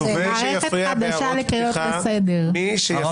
מערכת חדשה לקריאות לסדר.